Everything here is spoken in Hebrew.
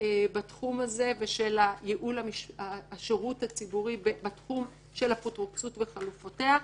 בתחום הזה ושל ייעול השירות הציבורי בתחום של האפוטרופסות וחלופותיה,